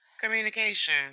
Communication